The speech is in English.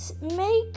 make